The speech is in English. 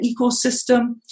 ecosystem